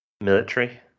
Military